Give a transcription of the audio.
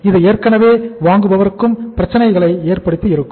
இது ஏற்கனவே வாங்குபவருக்கும் பிரச்சனைகளை ஏற்படுத்தி இருக்கும்